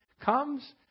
comes